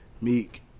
Meek